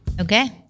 Okay